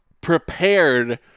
prepared